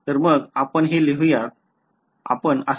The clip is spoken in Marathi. तर मग आपण ते लिहुयात तर ते 1r आहे